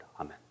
Amen